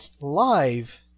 live